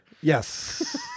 Yes